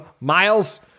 Miles